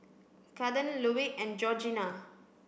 Kathern Louie and Georgina